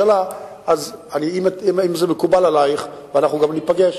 אם זה מקובל עלייך, ואנחנו גם ניפגש,